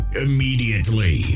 immediately